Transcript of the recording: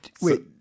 wait